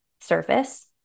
surface